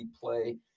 play